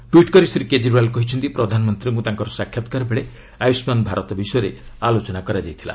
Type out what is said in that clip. tweet କରି ଶ୍ରୀ କେଜରିଓ୍ୱାଲ କହିଛନ୍ତି ପ୍ରଧାନନ୍ତ୍ରୀଙ୍କୁ ତାଙ୍କର ସାକ୍ଷାତକାର ବେଳେ ଆୟୁଷ୍ମାନ୍ ଭାରତ ବିଷୟରେ ଆଲୋଚନା କରାଯାଇଥିଲା